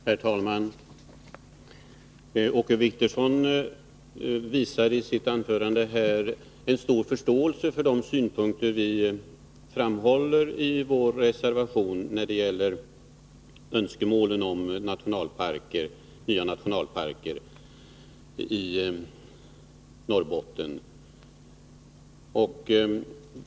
Herr talman! Åke Wictorsson visade i sitt anförande en stor förståelse för de synpunkter vi framför i vår reservation när det gäller önskemålen om nya nationalparker i Norrbotten.